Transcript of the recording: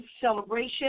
celebration